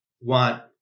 want